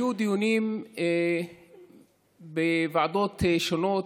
והיו דיונים בוועדות שונות,